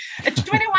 21